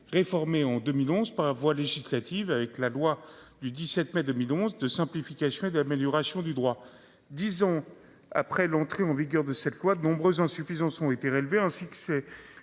réformé en 2011 par voie législative avec la loi du 17 mai 2011 de simplification et d'amélioration du droit disons après l'entrée en vigueur de cette loi, de nombreuses insuffisances ont été relevés ainsi que.